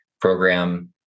program